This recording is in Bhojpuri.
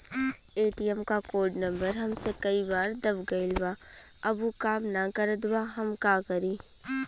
ए.टी.एम क कोड नम्बर हमसे कई बार दब गईल बा अब उ काम ना करत बा हम का करी?